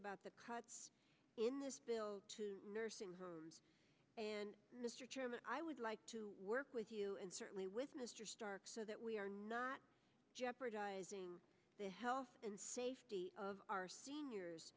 about the cuts in this bill nursing home and mr chairman i would like to work with you and certainly with mr stark that we are not jeopardizing the health and safety of our seniors